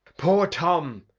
poor tom,